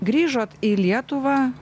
grįžot į lietuvą